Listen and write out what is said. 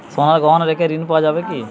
সোনার গহনা রেখে ঋণ পাওয়া যাবে কি?